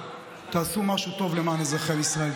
תעשו משהו טוב למען אזרחי ישראל.